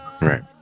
Right